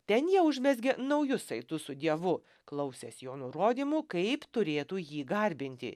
ten jie užmezgė naujus saitus su dievu klausės jo nurodymų kaip turėtų jį garbinti